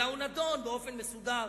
אלא הוא נדון באופן מסודר,